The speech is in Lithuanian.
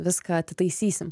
viską atitaisysim